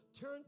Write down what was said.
turn